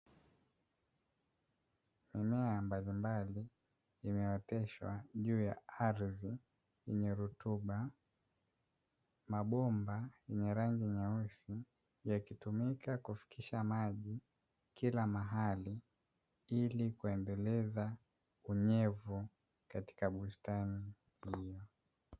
Mimea mbalimbali imeoteshwa juu ya ardhi yenye rutuba, mabomba yenye rangi nyeusi yakitumika kufikisha maji kila mahali ili kuendeleza unyevu katika bustani hiyo.